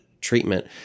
treatment